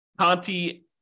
Conti